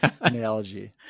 analogy